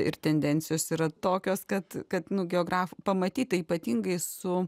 ir tendencijos yra tokios kad kad nu geograf pamatyta ypatingai su